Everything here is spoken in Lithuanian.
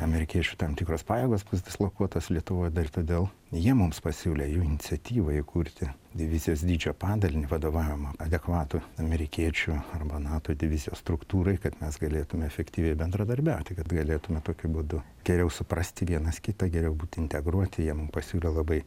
amerikiečių tam tikros pajėgos bus dislokuotos lietuvoj dar ir todėl jie mums pasiūlė jų iniciatyva įkurti divizijos dydžio padalinį vadovaujamą adekvatų amerikiečių arba nato divizijos struktūrai kad mes galėtume efektyviai bendradarbiauti kad galėtume tokiu būdu geriau suprasti vienas kitą geriau būti integruoti jie mum pasiūlė labai